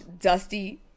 dusty